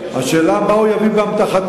השאלה היא: מה הוא יביא באמתחתו?